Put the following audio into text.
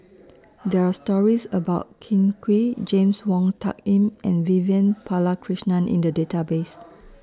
There Are stories about Kin Chui James Wong Tuck Yim and Vivian Balakrishnan in The Database